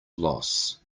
loss